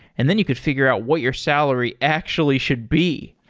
and then you could figure out what your salary actually should be.